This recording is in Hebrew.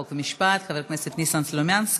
חוק ומשפט חבר הכנסת ניסן סלומינסקי.